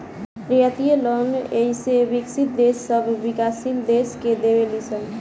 रियायती लोन अइसे विकसित देश सब विकाशील देश के देवे ले सन